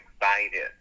excited